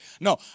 No